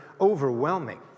overwhelming